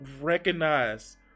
recognize